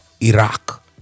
Iraq